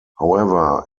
however